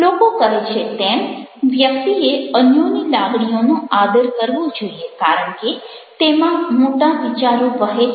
લોકો કહે છે તેમ વ્યક્તિએ અન્યની લાગણીઓનો આદર કરવો જોઈએ કારણ કે તેમાં મોટા વિચારો વહે છે